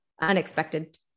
unexpected